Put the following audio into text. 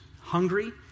hungry